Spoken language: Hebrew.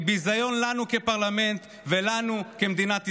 ביזיון לנו כפרלמנט ולנו כמדינת ישראל.